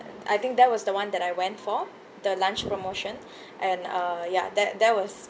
I think that was the one that I went for the lunch promotion and uh ya that that was